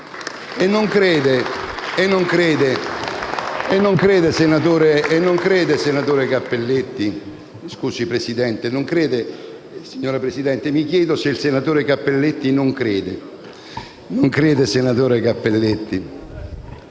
E non crede, senatore Cappelletti...